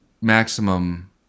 maximum